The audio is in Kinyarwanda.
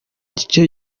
gice